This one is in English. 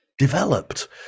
Developed